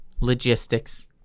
Logistics